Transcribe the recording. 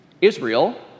Israel